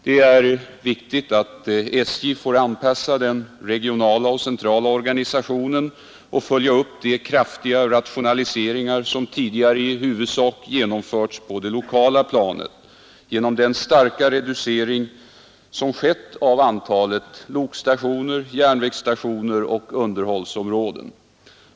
Det är viktigt att SJ får anpassa den regionala och centrala organisationen och följa upp de kraftiga rationaliseringar, som tidigare i huvudsak genomförts på det lokala planet genom den starka reducering som skett av antalet lokstationer, järnvägsstationer och underhållsområden.